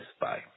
Bye